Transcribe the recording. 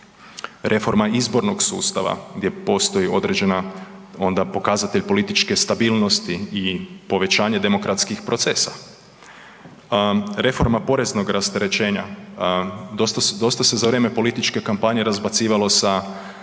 Reforma izbornog sustava gdje postoji određena onda pokazatelj političke stabilnosti i povećanje demokratskih procesa. Reforma poreznog rasterećenja dosta se za vrijeme političke kampanje razbacivalo sa